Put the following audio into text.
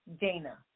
Dana